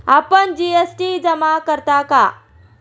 आपण जी.एस.टी जमा करता का?